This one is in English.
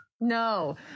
No